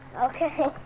Okay